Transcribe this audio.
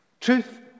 Truth